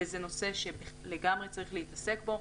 וזה נושא שלגמרי צריך להתעסק בו.